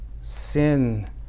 sin